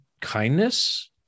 kindness